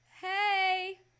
hey